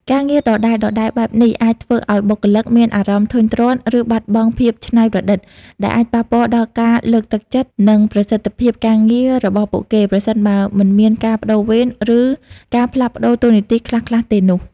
ការងារដដែលៗបែបនេះអាចធ្វើឲ្យបុគ្គលិកមានអារម្មណ៍ធុញទ្រាន់ ឬបាត់បង់ភាពច្នៃប្រឌិត ដែលអាចប៉ះពាល់ដល់ការលើកទឹកចិត្ត និងប្រសិទ្ធភាពការងាររបស់ពួកគេ ប្រសិនបើមិនមានការប្តូរវេន ឬការផ្លាស់ប្តូរតួនាទីខ្លះៗទេនោះ។